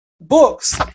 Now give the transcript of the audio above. books